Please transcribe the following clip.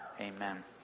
Amen